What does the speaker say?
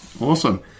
Awesome